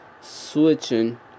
switching